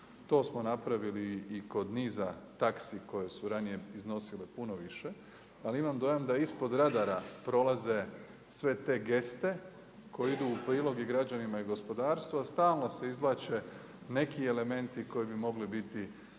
to smo napravili i kod niza taksi koje su ranije iznosile puno više, ali imam dojam da ispod radara prolaze sve te geste koje idu u prilog i građanima i gospodarstvu, a stalno se izvlače neki elementi koji bi mogli biti